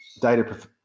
data